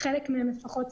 חלק מהם לפחות,